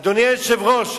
אדוני היושב-ראש,